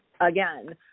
again